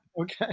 Okay